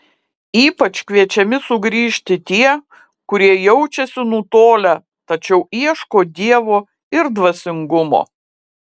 ypač kviečiami sugrįžti tie kurie jaučiasi nutolę tačiau ieško dievo ir dvasingumo